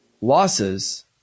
losses